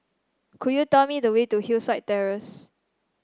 could you tell me the way to Hillside Terrace